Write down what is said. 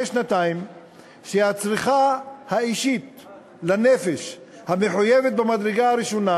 שנתיים שהצריכה האישית לנפש המחויבת במדרגה הראשונה